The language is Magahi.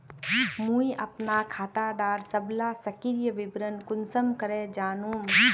मुई अपना खाता डार सबला सक्रिय विवरण कुंसम करे जानुम?